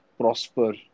prosper